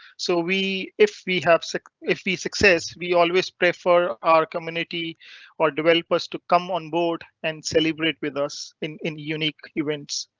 so we if we have so if we success we always prefer our community or developers to come on board and celebrate with us in in unique events.